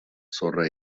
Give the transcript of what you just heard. sorra